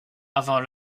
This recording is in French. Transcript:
avant